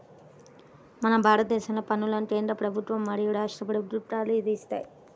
మన భారతదేశంలో పన్నులను కేంద్ర ప్రభుత్వం మరియు రాష్ట్ర ప్రభుత్వాలు విధిస్తాయి